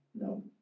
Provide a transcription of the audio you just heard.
No